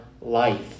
life